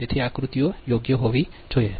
તેથી આકૃતિઓ યોગ્ય હોવી જોઈએ